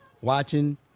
watching